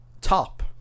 Top